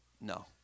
No